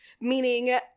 meaning